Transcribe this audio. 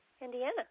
Indiana